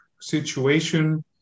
situation